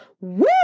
Woo